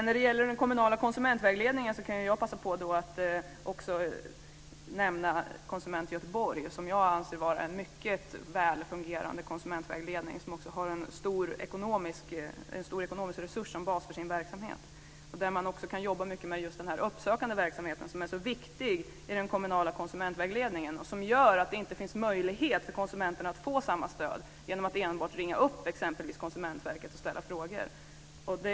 När det gäller den kommunala konsumentvägledningen kan jag passa på att också nämna Konsument Göteborg, som jag anser vara en mycket väl fungerande konsumentvägledning som också har en stor ekonomisk resurs som bas för sin verksamhet. Där kan man också jobba mycket med just den uppsökande verksamheten, som är så viktig i den kommunala konsumentvägledningen. Möjligheten för konsumenterna att få samma stöd genom att enbart ringa upp exempelvis Konsumentverket och ställa frågor finns inte.